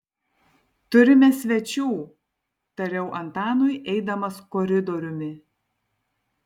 turime svečių tariau antanui eidamas koridoriumi